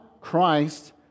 Christ